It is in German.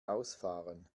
ausfahren